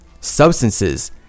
substances